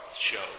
show